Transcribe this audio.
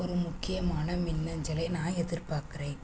ஒரு முக்கியமான மின்னஞ்சலை நான் எதிர்பார்க்குறேன்